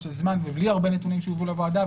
של זמן ובלי הרבה נתונים שהובאו לוועדה.